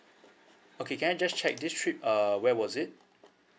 okay can I just check this trip uh where was it